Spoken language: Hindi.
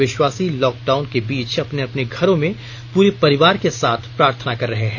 विष्वासी लॉक डाउन के बीच अपने अपने घरों में पूरे परिवार के साथ प्रार्थना कर रहे हैं